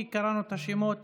כי קראנו את השמות